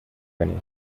venir